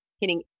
hitting